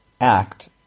act